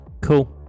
cool